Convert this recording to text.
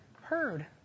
heard